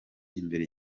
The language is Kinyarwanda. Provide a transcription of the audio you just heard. imbere